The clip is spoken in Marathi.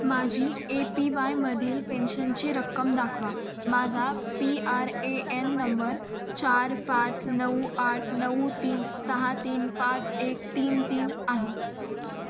माझी ए पी वायमधील पेन्शनची रक्कम दाखवा माझा P R A N number चार पाच नऊ आठ नऊ तीन सहा तीन पाच एक तीन तीन आहे